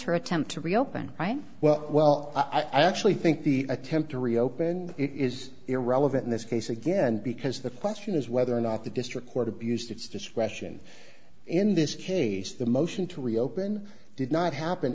her attempt to reopen by well i actually think the attempt to reopen it is irrelevant in this case again because the question is whether or not the district court abused its discretion in this case the motion to reopen did not happen